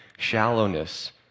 shallowness